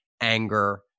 anger